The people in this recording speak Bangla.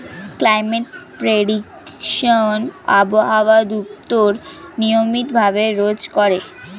ক্লাইমেট প্রেডিকশন আবহাওয়া দপ্তর নিয়মিত ভাবে রোজ করে